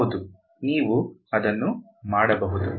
ಹೌದು ನೀವು ಅದನ್ನು ಮಾಡಬಹುದು